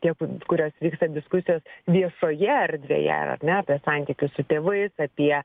tiek kurios vyksta diskusijos viešoje erdvėje ar ne apie santykius su tėvais apie